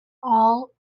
all